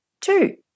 two